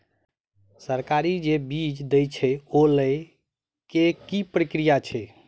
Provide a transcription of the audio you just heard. सरकार जे बीज देय छै ओ लय केँ की प्रक्रिया छै?